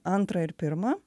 antrą ir pirmą